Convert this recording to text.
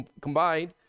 combined